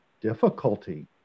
difficulty